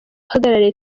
uhagarariye